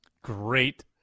Great